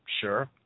sure